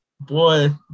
Boy